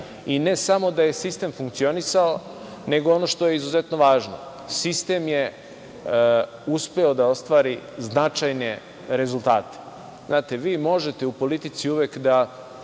i ne samo da je sistem funkcionisao, nego ono što je izuzetno važno, sistem je uspeo da ostvari značajne rezultate. Vi možete u politici uvek da